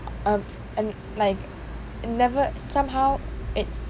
um and like never somehow it's